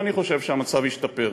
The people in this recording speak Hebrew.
ואני חושב שהמצב ישתפר.